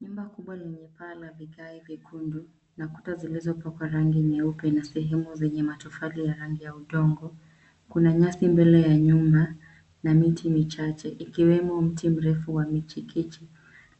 Nyumba kubwa lenye paa la vigae vyekundu na kuta zilizotoka rangi nyeupe na sehemu zenye matofali ya rangi ya udongo. Kuna nyasi mbele ya nyumba na miti michache ikiwemo mti mrefu wa michikichi